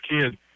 kid